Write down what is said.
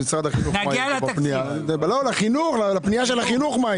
כשנגיע לפנייה של החינוך.